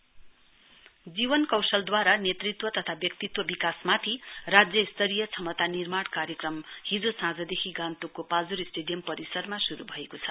capacity building of youth जीवन कौशलद्वारा नेतृत्व तथा व्यक्तित्व विकासमाथि राज्य स्तरीय क्षमता निर्माण कार्यक्रम हिजो साँझदेखि गान्तोकको पाल्जोर स्टेडियम परिसरमा श्रु भएको छ